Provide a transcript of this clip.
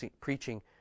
preaching